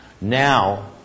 Now